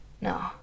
No